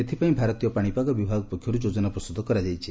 ଏଥିପାଇଁ ଭାରତୀୟ ପାଣିପାଗ ବିଭାଗ ପକ୍ଷରୁ ଯୋଜନା ପ୍ରସ୍ତୁତ କରାଯାଇଛି